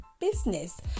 business